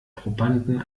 probanden